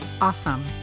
Awesome